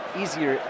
easier